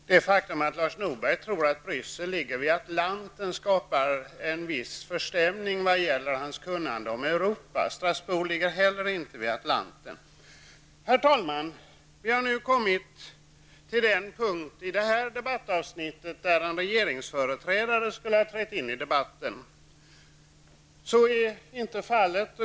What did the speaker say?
Herr talman! Det faktum att Lars Norberg tror att Bryssel ligger vid Atlanten skapar en viss pessimism när det gäller hans kunnande om Europa. Strasbourg ligger inte heller vid Atlanten. Vi har nu kommit till den punkt i det här avsnittet där en regeringsföreträdare skulle ha trätt in i debatten. Så är inte fallet.